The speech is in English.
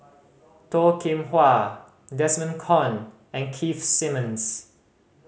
Toh Kim Hwa Desmond Kon and Keith Simmons